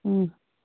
ꯎꯝ